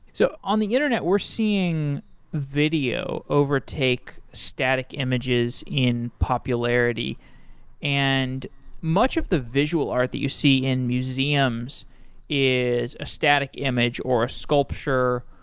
so on the internet we're seeing video overtake static images in popularity and much of the visual art you see in museums is a static image or sculpture,